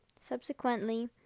Subsequently